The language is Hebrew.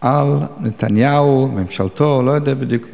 על נתניהו, ממשלתו, לא יודע בדיוק מה.